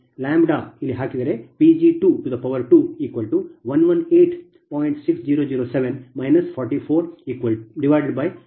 λ ಇಲ್ಲಿ ಹಾಕಿದರೆ Pg22118